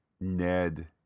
Ned